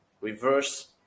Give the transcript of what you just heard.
Reverse